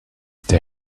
the